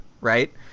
right